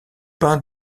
peint